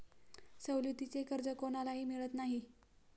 सवलतीचे कर्ज कोणालाही मिळत नाही